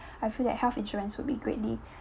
I feel that health insurance will be greatly